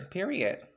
period